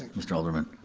mr. alderman.